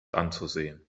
anzusehen